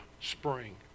spring